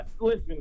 Listen